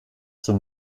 zur